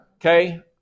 Okay